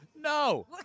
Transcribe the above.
No